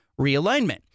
realignment